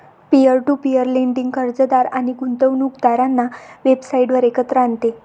peer to peer lending कर्जदार आणि गुंतवणूकदारांना वेबसाइटवर एकत्र आणते